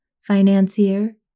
Financier